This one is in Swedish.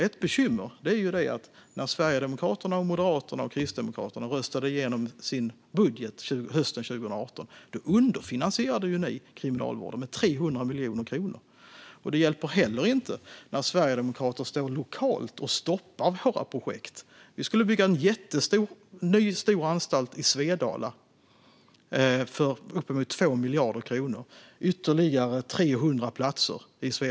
Ett bekymmer är att när ni i Sverigedemokraterna, Moderaterna och Kristdemokraterna röstade igenom er budget hösten 2018 underfinansierade ni Kriminalvården med 300 miljoner kronor. Det hjälper heller inte när sverigedemokrater står lokalt och stoppar våra projekt. Vi skulle bygga en jättestor ny anstalt i Svedala för uppemot 2 miljarder kronor och som skulle ge ytterligare 300 platser.